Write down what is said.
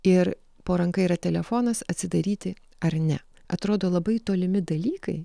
ir po ranka yra telefonas atsidaryti ar ne atrodo labai tolimi dalykai